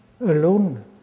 Alone